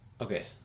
Okay